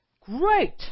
Great